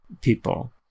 people